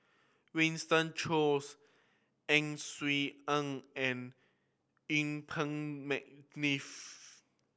Winston Choos Ang Swee Aun and Yuen Peng McNeice